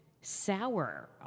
sour